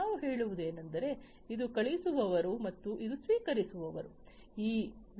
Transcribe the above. ನಾವು ಹೇಳುವುದೇನೆಂದರೆ ಇದು ಕಳುಹಿಸುವವರು ಮತ್ತು ಇದು ಸ್ವೀಕರಿಸುವವರು